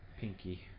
Pinky